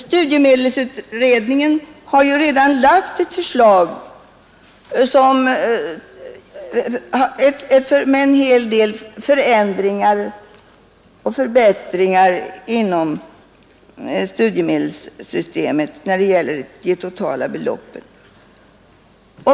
Studiemedelsutredningen har ju redan lagt ett förslag som innebär en hel del förändringar och förbättringar inom studiemedelssystemet när det gäller det totala beloppet.